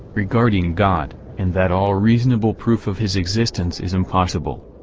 regarding god, and that all reasonable proof of his existence is impossible.